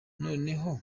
noneho